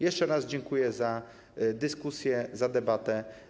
Jeszcze raz dziękuję za dyskusję, za debatę.